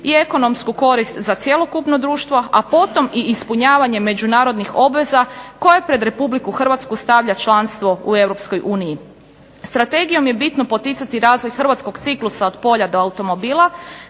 i ekonomsku korist za cjelokupno društvo, a potom i ispunjavanje međunarodnih obveza koje pred Republiku Hrvatsku stavlja članstvo u Europskoj uniji. Strategijom je bitno poticati razvoj hrvatskog ciklus od polja do automobila